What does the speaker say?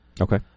Okay